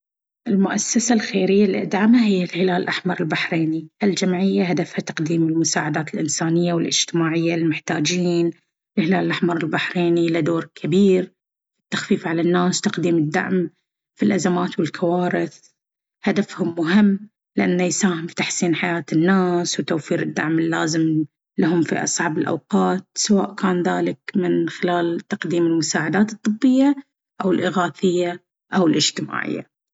المؤسسة الخيرية اللي أدعمها هي الهلال الأحمر البحريني. هالجمعية هدفها تقديم المساعدات الإنسانية والاجتماعية للمحتاجين. الهلال الأحمر البحريني له دور كبير في التخفيف على الناس وتقديم الدعم في الأزمات والكوارث. هدفهم مهم لأنه يساهم في تحسين حياة الناس وتوفير الدعم اللازم لهم في أصعب الأوقات، سواء كان ذلك من خلال تقديم المساعدات الطبية أو الإغاثية أو الاجتماعية.